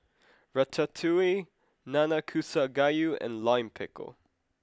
Ratatouille Nanakusa Gayu and Lime Pickle